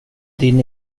din